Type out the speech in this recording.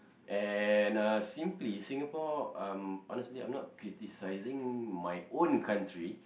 and uh simply Singapore um honestly I'm not criticizing my own country